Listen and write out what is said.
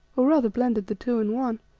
or rather blended the two in one.